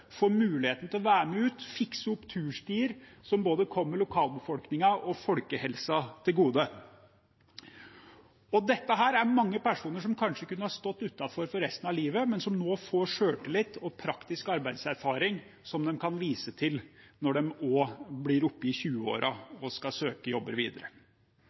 muligheten til å være med ut og fikse turstier, noe som kommer både lokalbefolkningen og folkehelsen til gode. Dette er mange personer som kanskje kunne stått utenfor for resten av livet, men som nå får selvtillit og praktisk arbeidserfaring som de kan vise til når de kommer i 20-årene og skal søke jobber videre.